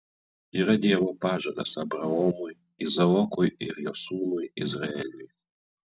yra dievo pažadas abraomui izaokui ir jo sūnui izraeliui